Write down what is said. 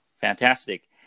fantastic